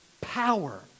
power